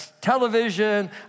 television